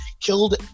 killed